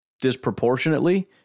disproportionately